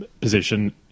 position